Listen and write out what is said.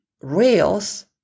rails